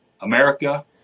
America